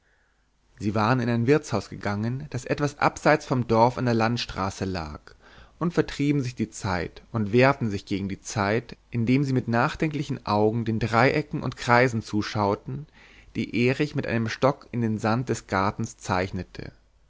sie waren in ein wirtshaus gegangen das etwas abseits vom dorf an der landstraße lag und vertrieben sich die zeit und wehrten sich gegen die zeit indem sie mit nachdenklichen augen den dreiecken und kreisen zuschauten die erich mit einem stock in den sand des gartens zeichnete